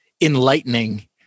Enlightening